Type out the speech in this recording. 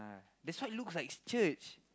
that's why looks like it's church